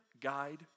guide